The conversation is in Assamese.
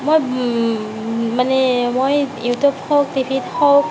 মই মানে মই ইউটিউব হওক টিভিত হওক